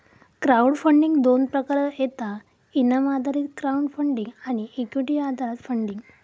crowd funding दोन प्रकारात येता इनाम आधारित क्राउड फंडिंग आणि इक्विटी आधारित फंडिंग